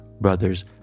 Brothers